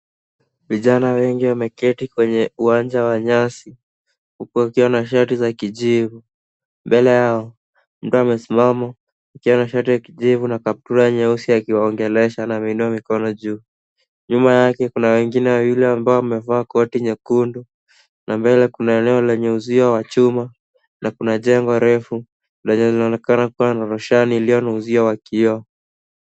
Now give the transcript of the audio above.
Vijana wengi wameketi kwenye uwanja wa nyasi huku wakiwa na shati za kijivu. Mbele yao mtu amesimama akiwa na shati ya kijivu na kaptura nyeusi akiwaongelesha na ameinua mikono juu. Nyuma yake kuna wengine wawili ambao wamevaa koti nyekundu na mbele kuna eneo lenye uzio wa chuma na kuna jengo refu lenye linaonekana na roshani iliyo na uzio wa kioo.